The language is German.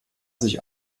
sich